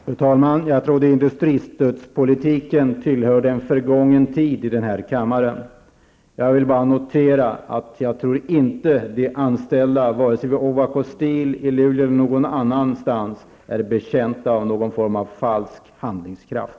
Fru talman! Jag trodde industristödspolitiken tillhörde en förgången tid här i kammaren. Jag tror inte att de anställda vare sig vid Ovako Steel i Luleå eller någon annanstans är betjänta av någon form av falsk handlingskraft.